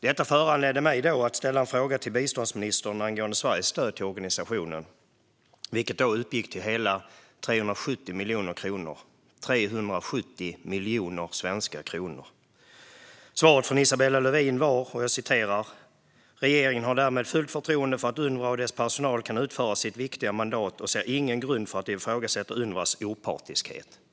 Det föranledde mig att ställa en fråga till biståndsministern angående Sveriges stöd till organisationen, vilket då uppgick till hela 370 miljoner svenska kronor. Svaret från Isabella Lövin var: "Regeringen har därmed fullt förtroende för att UNRWA och dess personal kan utföra sitt viktiga mandat, och ser ingen grund för att ifrågasätta UNRWA:s opartiskhet."